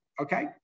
okay